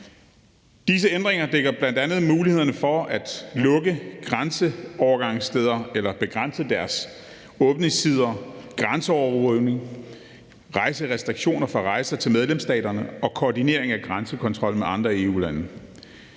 Disse ændringer dækker bl.a. mulighederne for at lukke grænseovergangssteder eller begrænse deres åbningstider, grænseovervågning, rejserestriktioner for rejser til medlemsstaterne og koordinering af grænsekontrol med andre EU-lande.